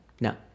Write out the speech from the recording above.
no